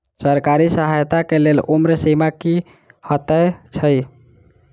सरकारी सहायता केँ लेल उम्र सीमा की हएत छई?